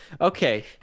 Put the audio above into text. Okay